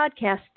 podcast